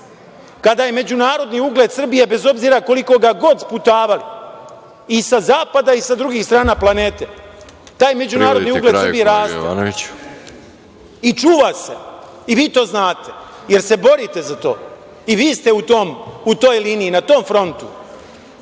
kada je međunarodni ugled Srbije, bez obzira koliko ga god sputavali i sa zapada i sa drugih strana planete, taj međunarodni ugled Srbije raste i čuva se i vi to znate, jer se borite za to. Vi ste u toj liniji, na tom frontu